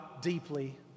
deeply